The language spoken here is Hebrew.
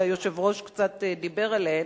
שהיושב-ראש קצת דיבר עליהן.